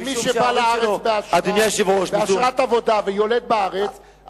שמי שבא לארץ באשרת עבודה ויולד בארץ,